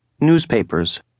newspapers